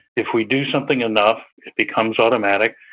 if we do something enough, it becomes automatic.